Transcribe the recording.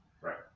Right